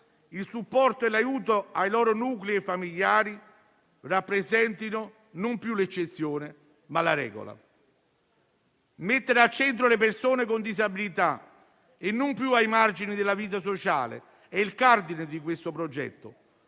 il supporto e l'aiuto ai loro nuclei familiari rappresentino non più l'eccezione, ma la regola. Mettere al centro le persone con disabilità e non più ai margini della vita sociale è il cardine di questo progetto.